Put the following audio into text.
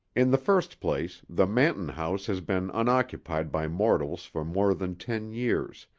in the first place, the manton house has been unoccupied by mortals for more than ten years,